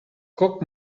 guck